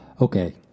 Okay